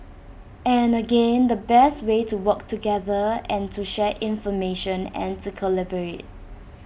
and again the best way to work together and to share information and to collaborate